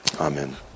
Amen